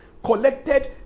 collected